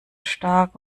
stark